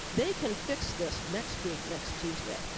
they can fix this next week, next tuesday,